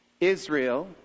Israel